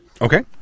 Okay